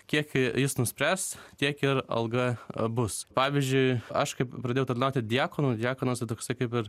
kiek jis nuspręs tiek ir alga bus pavyzdžiui aš kaip pradėjau tarnauti diakonu diakonas tai toksai kaip ir